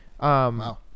Wow